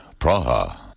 Praha